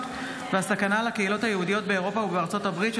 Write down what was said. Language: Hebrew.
והסכנה לקהילות היהודיות באירופה ובארצות הברית.